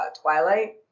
Twilight